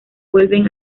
vuelven